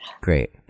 Great